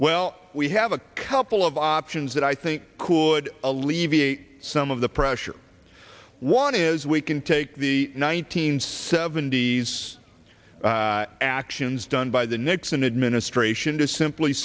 well we have a couple of options that i think cool would alleviate some of the pressure one is we can take the nineteen seventies actions done by the nixon administration to simply